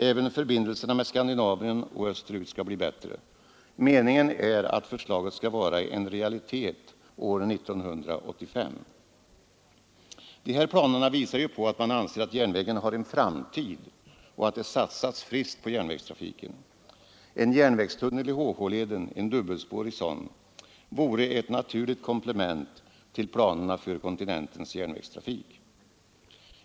Även förbindelserna med Skandinavien och österut skall bli bättre. Meningen är att förslaget skall vara en realitet år 1985. De här planerna visar ju att man anser att järnvägen har en framtid och att det satsas friskt på järnvägstrafiken. En järnvägstunnel i HH-leden — en dubbelspårig sådan — vore ett naturligt komplement till planerna för kontinentens järnvägstrafik.